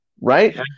right